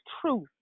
truth